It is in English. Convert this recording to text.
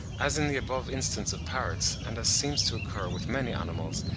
as in the above instance of parrots, and as seems to occur with many animals,